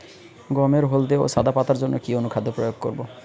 গমের হলদে ও সাদা পাতার জন্য কি অনুখাদ্য প্রয়োগ করব?